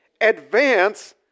advance